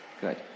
good